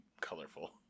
colorful